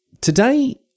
today